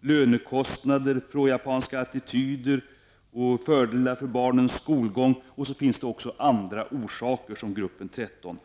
lönekostnader, pro-japanska attityder, fördelar för barnens skolgång, och -- som grupp 13 -- andra orsaker.